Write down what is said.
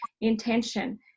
intention